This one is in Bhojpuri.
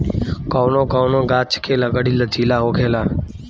कौनो कौनो गाच्छ के लकड़ी लचीला होखेला